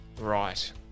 right